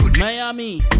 Miami